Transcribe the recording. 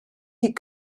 die